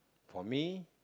for me